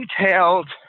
detailed